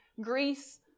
Greece